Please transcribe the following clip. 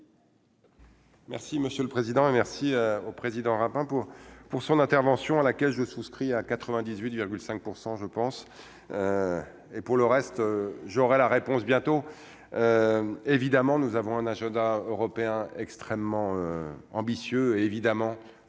monsieur le président merci au président hein pour pour son intervention à laquelle je souscris à 98,5 % je pense, et pour le reste, j'aurai la réponse bientôt évidemment nous avons un agenda européen extrêmement ambitieux évidemment